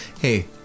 Hey